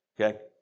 okay